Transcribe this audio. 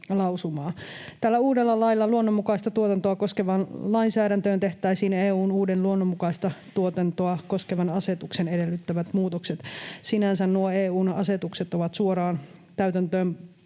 Tällä uudella lailla luonnonmukaista tuotantoa koskevaan lainsäädäntöön tehtäisiin EU:n uuden luonnonmukaista tuotantoa koskevan asetuksen edellyttämät muutokset. Sinänsä nuo EU:n asetukset ovat suoraan täytäntöön